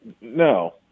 No